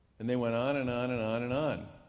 and they went on and on and on and on.